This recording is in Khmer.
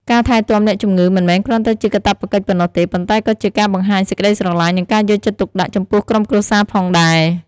ការថែទាំអ្នកជម្ងឺមិនមែនគ្រាន់តែជាកាតព្វកិច្ចប៉ុណ្ណោះទេ ប៉ុន្តែក៏ជាការបង្ហាញសេចក្ដីស្រឡាញ់ និងការយកចិត្តទុកដាក់ចំពោះក្រុមគ្រួសារផងដែរ។